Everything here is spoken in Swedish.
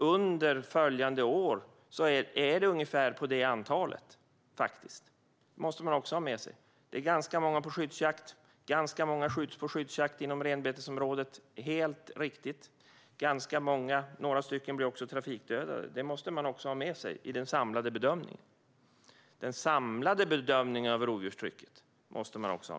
Under följande år är antalet ungefär detsamma. Det måste man också ha med sig. Det är ganska många på skyddsjakt, bland annat inom renbetesområdet, vilket är helt riktigt. Några stycken blev också trafikdödade. Detta måste man också ha med sig i den samlade bedömningen av rovdjurstrycket.